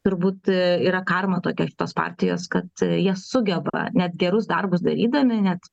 turbūt yra karma tokia šitos partijos kad jie sugeba net gerus darbus darydami net